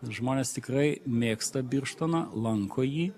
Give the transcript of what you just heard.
žmonės tikrai mėgsta birštoną lanko jį